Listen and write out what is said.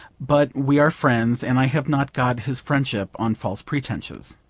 but we are friends, and i have not got his friendship on false pretences.